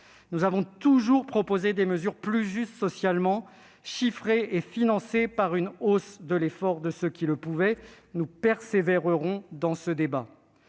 Nous avons toujours proposé des mesures plus justes socialement, chiffrées et financées par une hausse de l'effort de ceux qui le pouvaient. Nous persévérerons dans ce débat,